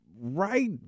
right